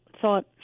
thought